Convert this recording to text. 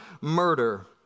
murder